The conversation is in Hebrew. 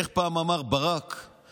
איך אמר ברק פעם?